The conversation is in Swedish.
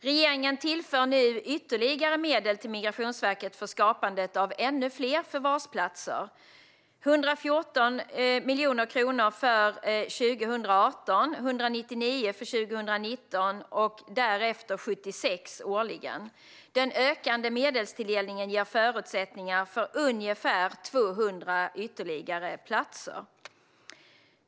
Regeringen tillför nu ytterligare medel till Migrationsverket för skapandet av ännu fler förvarsplatser - 114 miljoner kronor för 2018, 199 miljoner för 2019 och därefter 76 miljoner årligen. Den ökande tilldelningen av medel ger förutsättningar för ungefär 200 ytterligare platser.